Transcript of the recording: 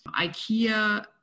Ikea